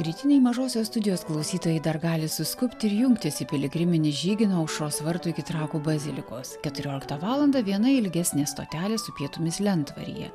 rytiniai mažosios studijos klausytojai dar gali suskubti ir jungtis į piligriminį žygį nuo aušros vartų iki trakų bazilikos keturioliktą valandą viena ilgesnė stotelė su pietumis lentvaryje